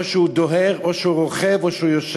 או שהוא דוהר, או שהוא רוכב, או שהוא ישן,